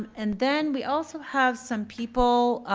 and then we also have some people,